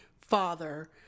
father